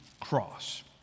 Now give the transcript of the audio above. cross